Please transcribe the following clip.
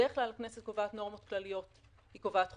בדרך כלל הכנסת קובעת נורמות כלליות היא קובעת חוקים,